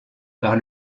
par